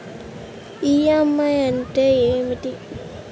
EMI అంటే ఏమిటి?